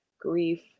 grief